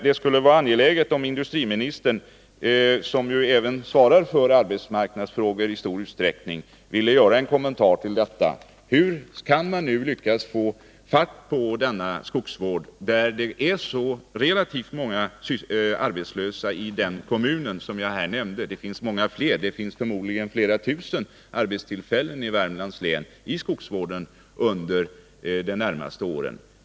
Det skulle vara värdefullt om industriministern, som ju i stor utsträckning även svarar för arbetsmarknadsfrågor, ville göra en kommentar till hur man skall lyckas få fart på skogsvårdsåtgärderna, mot bakgrund av det relativt stora antalet arbetslösa i den kommun som jag nämnde. Skogsvården kan i Värmland ge många fler arbetstillfällen, förmodligen flera tusen under de närmaste åren.